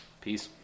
Peace